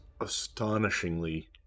astonishingly